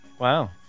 Wow